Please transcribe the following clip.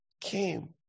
Came